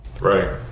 Right